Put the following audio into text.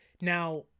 Now